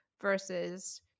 versus